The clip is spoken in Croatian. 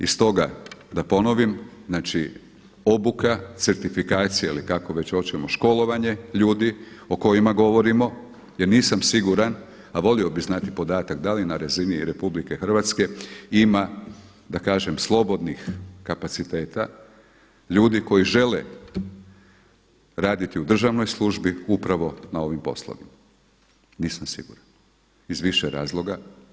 I stoga da ponovim, znači obuka, certifikacija ili kako već hoćemo školovanje ljudi o kojima govorimo jer nisam siguran a volio bih znati podatak da li na razini RH ima da kažem slobodnih kapaciteta, ljudi koji žele raditi u državnoj službi upravo na ovim poslovima, nisam siguran iz više razloga.